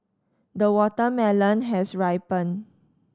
the watermelon has ripened